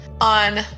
On